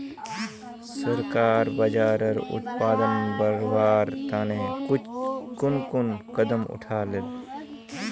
सरकार बाजरार उत्पादन बढ़वार तने कुन कुन कदम उठा ले